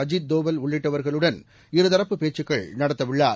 அஜீத் தோவல் உள்ளிட்டவர்களுடன் இருதரப்பு பேச்சுக்கள் நடத்தவுள்ளார்